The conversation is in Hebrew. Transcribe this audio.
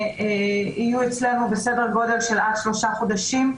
יהיו אצלנו בסדר גודל של עד שלושה חודשים.